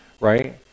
Right